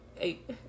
eight